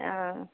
অঁ